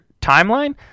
timeline